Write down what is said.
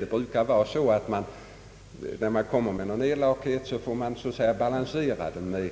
Det brukar vara så, att om man vill komma med en elakhet får man så att säga balansera den.